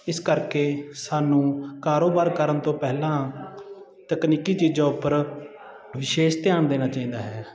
ਇਸ ਕਰਕੇ ਸਾਨੂੰ ਕਾਰੋਬਾਰ ਕਰਨ ਤੋਂ ਪਹਿਲਾਂ ਤਕਨੀਕੀ ਚੀਜ਼ਾਂ ਉੱਪਰ ਵਿਸ਼ੇਸ਼ ਧਿਆਨ ਦੇਣਾ ਚਾਹੀਦਾ ਹੈ